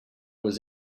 was